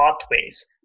pathways